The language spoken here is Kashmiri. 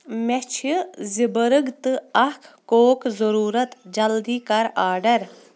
مےٚ چِھِ زٕ برٛگ تہٕ اَکھ کوک ضروٗرت جلدٕے کر آرڈر